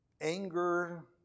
anger